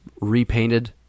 repainted